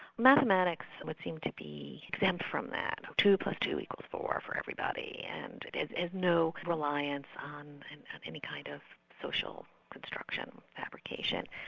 mathematics would seem to be exempt from that two plus two equals four for everybody and there's and no reliance on any kind of social construction application.